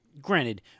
Granted